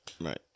Right